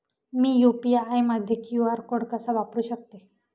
मी UPI मध्ये QR code कसा वापरु शकते?